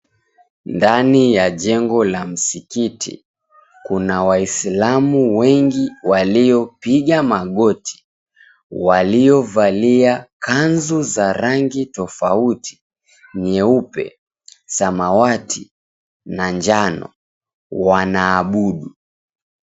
Ndani ya jengo la msikiti kuna waisilamu wengi waliopiga magoti waliovalia kanzu za rangi tofauti nyeupe, samawati na njano wanaabudu.